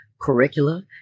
curricula